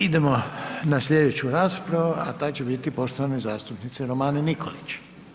Idemo na slijedeću raspravu, a ta će biti poštovane zastupnice Romane Nikolić.